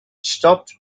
stopped